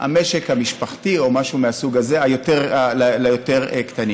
המשק המשפחתי או משהו מהסוג הזה, ליותר קטנים.